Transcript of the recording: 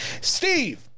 Steve